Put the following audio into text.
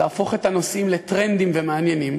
להפוך את הנושאים לטרנדים ומעניינים,